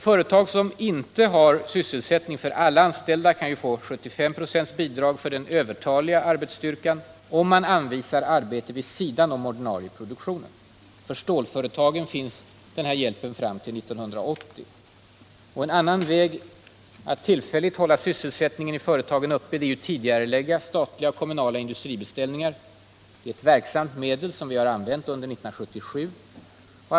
Företag som inte har sysselsättning för alla anställda kan få 75 96 bidrag för den övertaliga arbetsstyrkan om man anvisar arbete vid sidan om ordinarie produktion. För stålföretagen finns denna hjälp fram till 1980. En annan väg att tillfälligt hålla sysselsättningen i företagen uppe är att tidigarelägga statliga och kommunala industribeställningar. Det är ett verksamt medel som regeringen har använt under 1977.